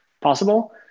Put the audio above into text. possible